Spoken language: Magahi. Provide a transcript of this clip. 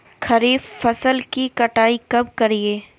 खरीफ फसल की कटाई कब करिये?